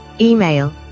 email